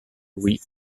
louis